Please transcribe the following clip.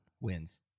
wins